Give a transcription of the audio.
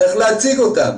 צריך להציג אותם,